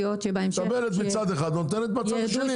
מקבלת מצד אחד ונותנת מצד שני.